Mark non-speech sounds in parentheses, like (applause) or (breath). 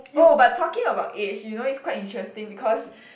oh but talking about age you know it's quite interesting because (breath)